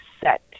set